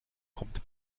kommt